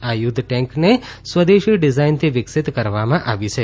આ યુદ્ધ ટેન્કને સ્વદેશી ડીઝાઇનથી વિકસીત કરવામાં આવી છે